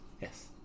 Yes